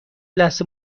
لحظه